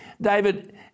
David